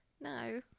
No